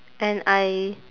and I